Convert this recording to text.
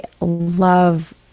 love